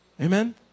Amen